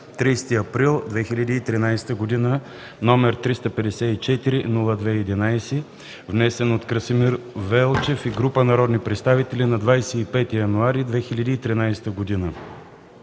30 април 2013 г., № 354-02-11, внесен от Красимир Велчев и група народни представители на 25 януари 2013 г.